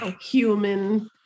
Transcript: human